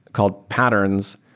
called patterns,